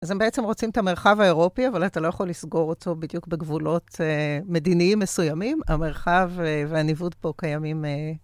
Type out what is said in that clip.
אז הם בעצם רוצים את המרחב האירופי, אבל אתה לא יכול לסגור אותו בדיוק בגבולות מדיניים מסוימים. המרחב והניווט פה קיימים.